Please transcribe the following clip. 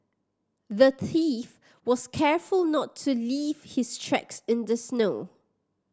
the thief was careful to not leave his tracks in the snow